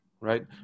right